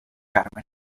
carmen